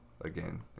again